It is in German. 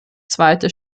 zweite